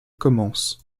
commence